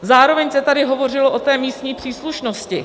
Zároveň se tady hovořilo o místní příslušnosti.